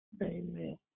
Amen